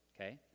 okay